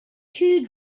too